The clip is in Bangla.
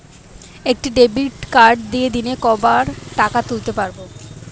একটি ডেবিটকার্ড দিনে কতবার টাকা তুলতে পারব?